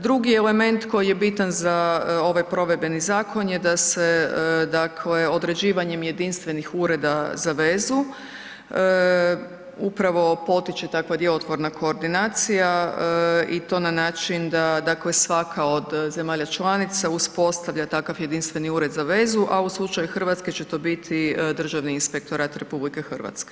Drugi element koji je bitan za ovaj provedbeni zakon je da se određivanjem jedinstvenih ureda za vezu upravo potiče takva djelotvorna koordinacija i to na način da svaka od zemalja članica uspostavlja takav jedinstveni ured za vezu, a u slučaju Hrvatske će to biti Državni inspektorat RH.